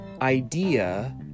idea